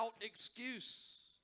excuse